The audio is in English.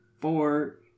four